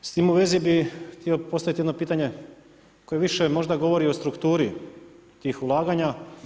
S tim u vezi bi htio postaviti jedno pitanje, koje više možda govori o strukturi tih ulaganja.